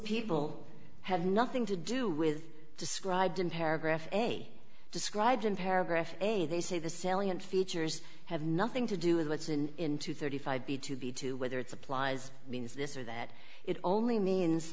people had nothing to do with described in paragraph a described in paragraph a they say the salient features have nothing to do with what's in into thirty five b two b two whether it's applies means this or that it only means